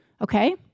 okay